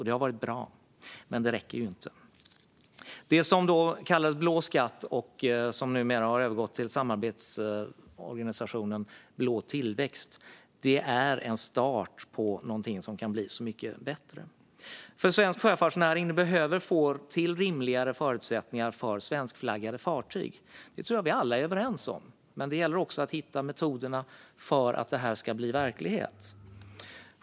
Det har varit bra, men det räcker inte. Det som då kallades Blå skatt och som nu har blivit till samarbetsorganisationen Blå tillväxt är en start på någonting som kan bli så mycket bättre. Svensk sjöfartsnäring behöver nämligen få till rimligare förutsättningar för svenskflaggade fartyg - det tror jag att vi alla är överens om - men det gäller också att hitta metoderna för att det ska bli verklighet.